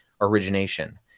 origination